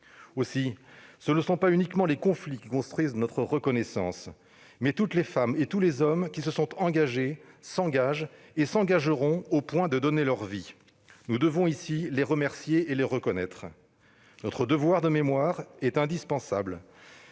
Ce ne sont pas uniquement les conflits qui construisent notre reconnaissance, mais toutes les femmes et tous les hommes qui se sont engagés, s'engagent et s'engageront, au point de donner leur vie. Nous devons ici les remercier et les reconnaître. Notre devoir de mémoire est indispensable,